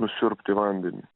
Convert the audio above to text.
nusiurbti vandenį